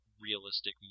realistic